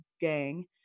gang